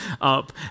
up